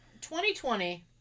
2020